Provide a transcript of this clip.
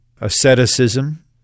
Asceticism